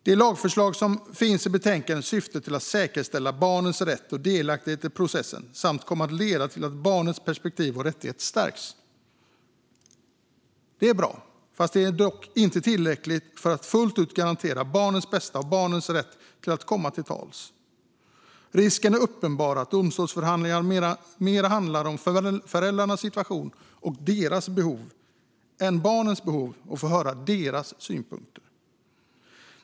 De lagförslag som finns i betänkandet syftar till att säkerställa barnets rätt och delaktighet i processen samt kommer att leda till att barnets perspektiv och rättigheter stärks. Det är bra. Det är dock inte tillräckligt för att fullt ut garantera barnets bästa och barnets rätt att komma till tals. Risken är uppenbar att domstolsförhandlingarna handlar mer om föräldrarnas situation och behov än om barnets behov och att man inte får höra barnets synpunkter.